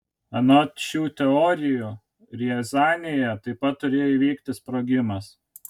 anot šių teorijų riazanėje taip pat turėjo įvykti sprogimas